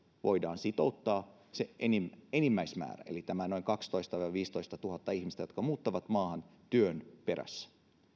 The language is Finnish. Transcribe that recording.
voidaan samanaikaisesti myöskin sitouttaa se enimmäismäärä eli tämä noin kaksitoistatuhatta viiva viisitoistatuhatta ihmistä jotka muuttavat maahan työn perässä